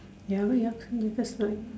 you haven't even clear the first one